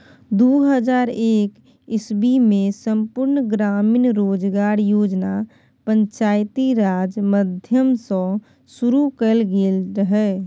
दु हजार एक इस्बीमे संपुर्ण ग्रामीण रोजगार योजना पंचायती राज माध्यमसँ शुरु कएल गेल रहय